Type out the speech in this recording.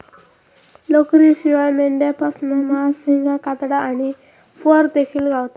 लोकरीशिवाय मेंढ्यांपासना मांस, शिंगा, कातडा आणि फर देखिल गावता